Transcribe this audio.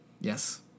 Yes